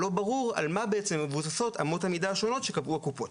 לא ברור על מה מבוססות אמות המידה השונות שקבעו הקופות.